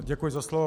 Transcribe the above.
Děkuji za slovo.